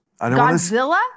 Godzilla